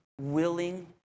willing